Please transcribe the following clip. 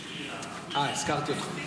אה, הזכרתי אותך.